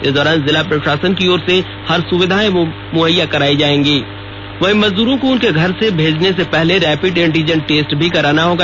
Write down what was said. इस दौरान जिला प्रशासन की ओर से हर सुविधाएं वहीं मजदूरों को उनके घर से भेजने से पहले रैपिड एंटीजन टेस्ट भी कराना होगा